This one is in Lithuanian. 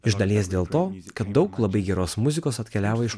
iš dalies dėl to kad daug labai geros muzikos atkeliavo iš